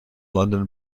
london